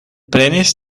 prenis